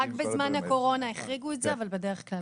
רק בזמן הקורונה החריגו את זה, אבל בדרך כלל כן.